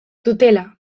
dutela